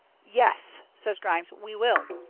yes, says grimes, we will!